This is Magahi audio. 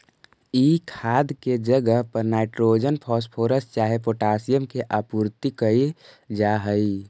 ई खाद के जगह पर नाइट्रोजन, फॉस्फोरस चाहे पोटाशियम के आपूर्ति कयल जा हई